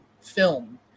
film